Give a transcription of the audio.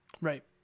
Right